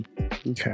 Okay